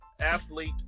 athlete